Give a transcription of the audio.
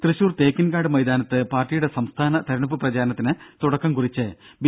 തൃശൂർ തേക്കിൻകാട് മൈതാനത്ത് പാർട്ടിയുടെ സംസ്ഥാന തിരഞ്ഞെടുപ്പ് പ്രചാരണത്തിന് തുടക്കം കുറിച്ച് ബി